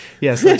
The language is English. Yes